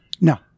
No